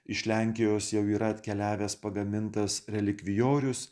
iš lenkijos jau yra atkeliavęs pagamintas relikvijorius